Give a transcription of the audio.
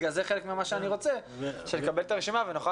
לכן חלק ממה שאני רוצה זה שנקבל את הרשימה ונוכל